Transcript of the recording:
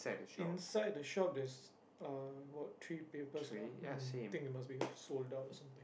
inside the shop there's uh about three papers lah mm think it must be sold out or something